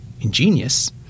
ingenious